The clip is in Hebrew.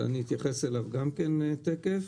שאתייחס אליו תיכף.